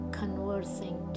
conversing